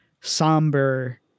somber